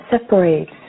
separates